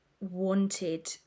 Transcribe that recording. wanted